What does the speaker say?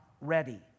ready